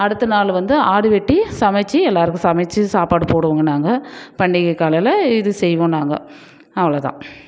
அடுத்த நாள் வந்து ஆடு வெட்டி சமைச்சு எல்லாருக்கும் சமைச்சு சாப்பாடு போடுவோங்கள் நாங்கள் பண்டிகை காலையில் இது செய்வோம் நாங்கள் அவ்வளோ தான்